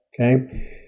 okay